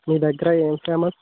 మీ దగ్గర ఏం ఫేమస్